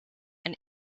and